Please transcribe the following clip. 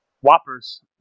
Whoppers